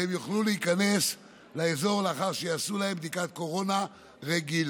והם יוכלו להיכנס לאזור לאחר שיעשו להם בדיקת קורונה רגילה.